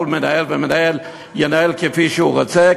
וכל מנהל ומנהל ינהל כפי שהוא רוצה,